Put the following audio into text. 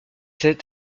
cet